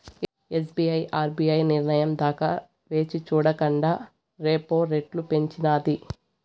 SBI RBI నిర్నయం దాకా వేచిచూడకండా రెపో రెట్లు పెంచినాది